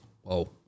Whoa